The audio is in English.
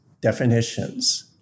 definitions